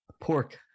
pork